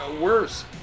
worse